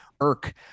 irk